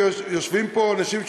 ויושבים פה אנשים שעוסקים,